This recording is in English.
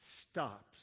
stops